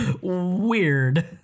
Weird